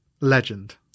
legend